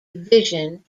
vision